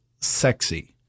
sexy